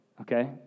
Okay